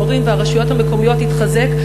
ההורים והרשויות המקומיות יתחזק,